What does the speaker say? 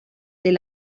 del